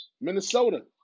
Minnesota